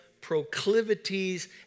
proclivities